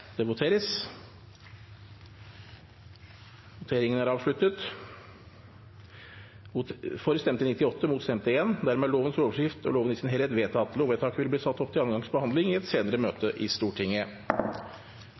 Det voteres over lovens overskrift og loven i sin helhet. Sosialistisk Venstreparti har varslet at de vil stemme imot. Lovvedtaket vil bli ført opp til andre gangs behandling i et senere møte